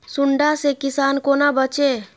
सुंडा से किसान कोना बचे?